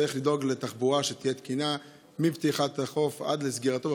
צריך לדאוג לתחבורה שתהיה תקינה מפתיחת החוף עד לסגירתו,